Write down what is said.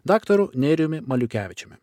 daktaru nerijumi maliukevičiumi